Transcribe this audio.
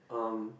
umm